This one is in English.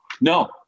No